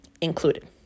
included